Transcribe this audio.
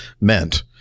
meant